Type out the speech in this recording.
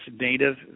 native